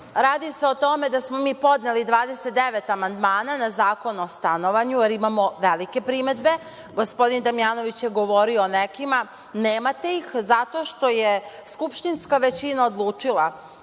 radi se o tome da smo mi podneli 29 amandmana na Zakon o stanovanju, jer imamo velike primedbe, a gospodin Damjanović je govorio o nekima. Nemate ih zato što je skupštinska većina odlučila